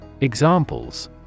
Examples